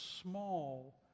small